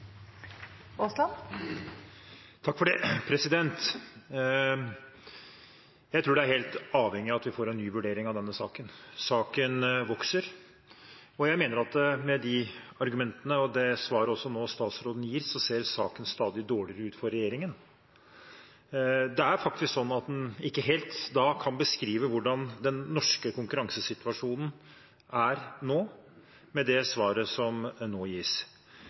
Jeg tror vi er helt avhengig av at vi får en ny vurdering av denne saken. Saken vokser, og jeg mener at med de argumentene og det svaret statsråden nå gir, ser saken stadig dårligere ut for regjeringen. Det er faktisk slik at en ikke helt kan beskrive hvordan den norske konkurransesituasjonen er nå, med det svaret som nå gis.